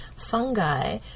fungi